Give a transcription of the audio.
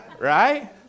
right